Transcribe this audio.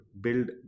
build